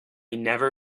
never